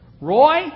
Roy